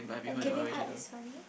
and Kevin-Hart is funny